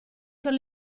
per